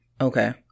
Okay